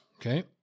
Okay